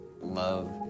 love